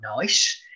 nice